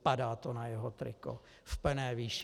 Padá to na jeho triko v plné výši.